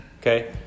okay